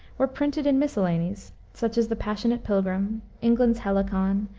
were printed in miscellanies, such as the passionate pilgrim, england's helicon,